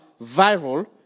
viral